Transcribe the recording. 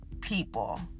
people